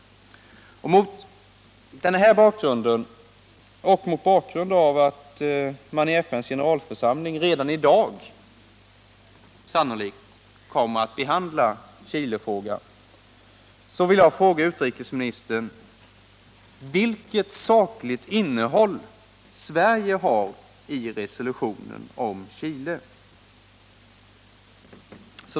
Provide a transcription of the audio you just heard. Mot denna bakgrund och mot bakgrund av att man i FN:s generalförsamling redan i dag sannolikt kommer att behandla Chilefrågan vill jag fråga utrikesministern vilket sakligt innehåll Sverige har i resolutionen om Chile.